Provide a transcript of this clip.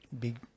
big